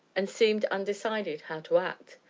and seemed undecided how to act.